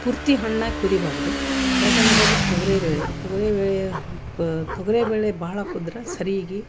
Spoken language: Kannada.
ಪೂರ್ತಿ ಹಣ್ಣಾಗಿ ಕುದಿಬಾರದು ಯಾಕೆಂದ್ರೆ ಅದು ತೊಗರೀಬೇಳೆ ತೊಗರೀಬೇಳೆಯ ತೊಗರೀಬೇಳೆ ಬಹಳ ಕುದ್ರ ಸರೀಗಿ